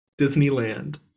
Disneyland